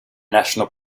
national